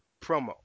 promo